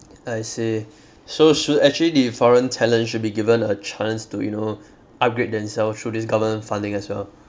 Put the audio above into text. I see so should actually the foreign talent should be given a chance to you know upgrade themselves through this government funding as well